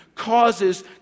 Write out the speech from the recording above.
Causes